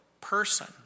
person